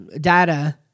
data